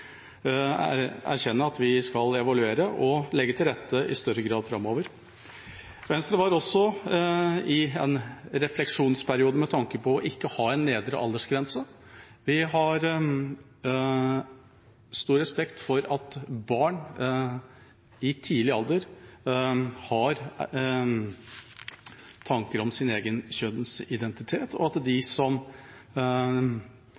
å erkjenne at vi skal evaluere og legge til rette i større grad framover. Venstre var også i en refleksjonsperiode med tanke på ikke å ha en nedre aldersgrense. Vi har stor respekt for at barn i tidlig alder har tanker om sin egen kjønnsidentitet, og at de